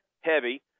heavy